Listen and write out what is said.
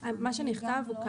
מה שנכתב,